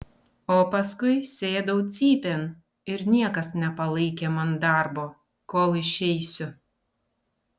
o paskui sėdau cypėn ir niekas nepalaikė man darbo kol išeisiu